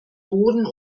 boden